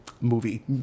movie